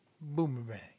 Boomerang